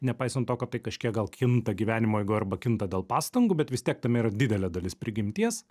nepaisan to kad tai kažkiek gal kinta gyvenimo eigoj arba kinta dėl pastangų bet vis tiek tame yra didelė dalis prigimties